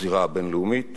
בזירה הבין-לאומית